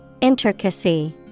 Intricacy